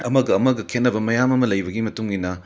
ꯑꯃꯒ ꯑꯃꯒ ꯈꯦꯠꯅꯕ ꯃꯌꯥꯝ ꯑꯃ ꯂꯩꯕꯒꯤ ꯃꯇꯨꯡ ꯏꯟꯅ